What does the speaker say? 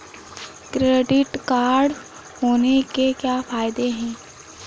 Credit card होने के क्या फायदे हैं?